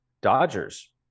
Dodgers